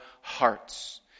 hearts